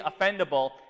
offendable